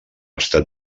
estat